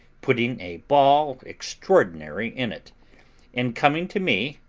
putting a ball extraordinary in it and coming to me,